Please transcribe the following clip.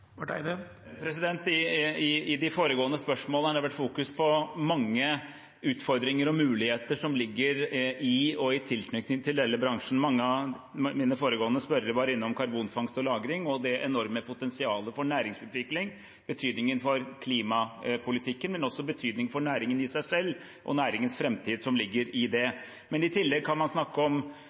I de foregående spørsmålene har det vært fokusert på mange utfordringer og muligheter som ligger i og i tilknytning til hele bransjen. Mange av de foregående spørrerne var innom karbonfangst og -lagring og det enorme potensialet for næringsutvikling – betydningen for klimapolitikken og også betydningen for næringen i seg selv og næringens framtid som ligger i det. I tillegg kan man snakke om